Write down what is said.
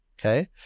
okay